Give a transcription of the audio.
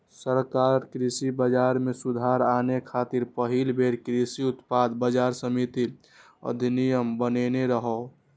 सरकार कृषि बाजार मे सुधार आने खातिर पहिल बेर कृषि उत्पाद बाजार समिति अधिनियम बनेने रहै